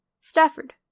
Stafford